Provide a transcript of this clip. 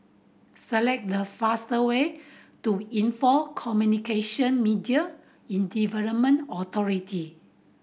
select the fastest way to Info Communication Media in Development Authority